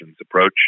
approach